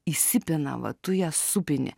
įsipina va tu ją supini